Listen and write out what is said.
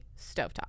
stovetop